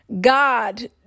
God